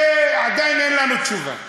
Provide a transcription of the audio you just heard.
עדיין אין לנו תשובה.